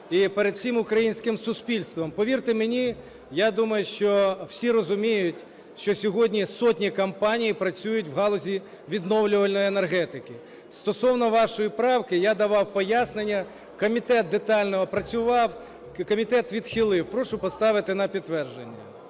і перед всім українським суспільством. Повірте мені, я думаю, що всі розуміють, що сьогодні сотні компаній працюють в галузі відновлювальної енергетики. Стосовно вашої правки я давав пояснення, комітет детально опрацював. Комітет відхилив. Прошу поставити на підтвердження.